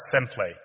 simply